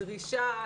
דרישה,